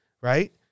Right